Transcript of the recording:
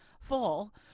full